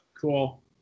Cool